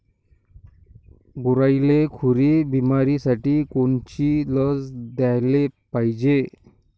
गुरांइले खुरी बिमारीसाठी कोनची लस द्याले पायजे?